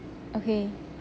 okay